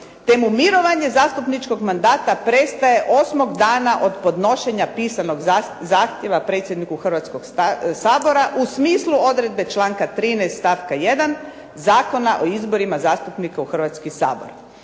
te mu mirovanje zastupničkog mandata prestaje osmog dana od podnošenja pisanog zahtjeva predsjedniku Hrvatskoga sabora u smislu odredbe članka 13. stavka 1. Zakona o izborima zastupnika u Hrvatski sabor.